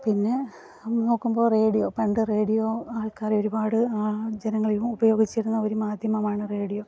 പിന്നെ നോക്കുമ്പോൾ റേഡിയോ പണ്ട് റേഡിയോ ആൾക്കാർ ഒരുപാട് ജനങ്ങൾ ഉപയോഗിച്ചിരുന്ന ഒരു മാധ്യമമാണ് റേഡിയോ